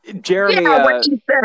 Jeremy